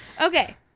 Okay